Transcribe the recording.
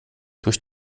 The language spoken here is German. durch